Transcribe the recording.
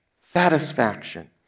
Satisfaction